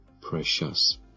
precious